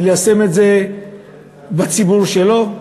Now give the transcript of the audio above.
וליישם את זה בציבור שלהם?